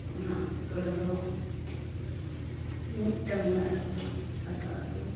ᱚᱱᱟ ᱚᱠᱛᱚ ᱨᱮᱫᱚ ᱢᱤᱫᱴᱟᱝ ᱚᱲᱟᱜ ᱨᱮᱫᱚ ᱫᱟᱠᱟᱼᱩᱛᱩ